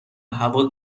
هوا